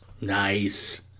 Nice